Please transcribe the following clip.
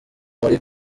muri